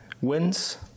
Wins